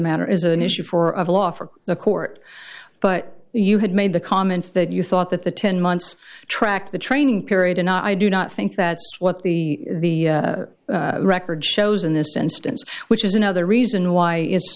matter is an issue for of law for the court but you had made the comment that you thought that the ten months tracked the training period and i do not think that's what the record shows in this instance which is another reason why